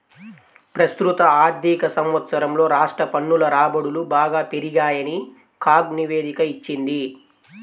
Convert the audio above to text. ప్రస్తుత ఆర్థిక సంవత్సరంలో రాష్ట్ర పన్నుల రాబడులు బాగా పెరిగాయని కాగ్ నివేదిక ఇచ్చింది